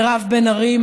מירב בן ארי,